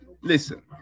listen